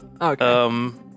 Okay